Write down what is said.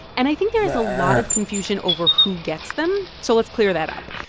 and i think there is a lot of confusion over who gets them, so let's clear that up.